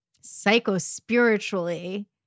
Psycho-spiritually